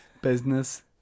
business